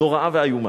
נוראה ואיומה.